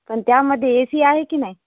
पण त्यामध्ये A C आहे की नाही